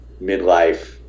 midlife